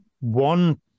one